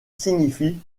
signifie